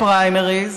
לפריימריז,